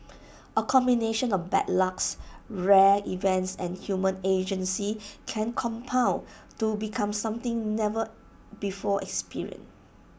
A combination of bad lucks rare events and human agency can compound to become something never before experienced